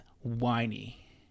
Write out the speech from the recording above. whiny